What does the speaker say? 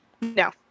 No